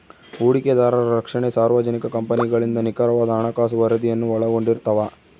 ಹೂಡಿಕೆದಾರರ ರಕ್ಷಣೆ ಸಾರ್ವಜನಿಕ ಕಂಪನಿಗಳಿಂದ ನಿಖರವಾದ ಹಣಕಾಸು ವರದಿಯನ್ನು ಒಳಗೊಂಡಿರ್ತವ